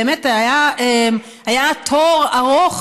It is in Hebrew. באמת היה תור ארוך,